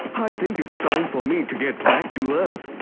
i think it's time for me to get back to earth.